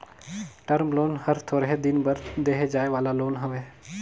term loan हर थोरहें दिन बर देहे जाए वाला लोन हवे